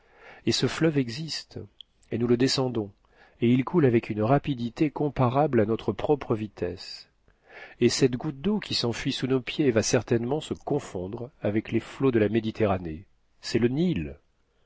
et ce fleuve existe et nous le descendons et il coule avec une rapidité comparable à notre propre vitesse et cette goutte d'eau qui s'enfuit sous nos pieds va certainement se confondre avec les flots de la méditerranée c'est le nil